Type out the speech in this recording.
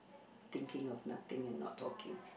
thinking of nothing and not talking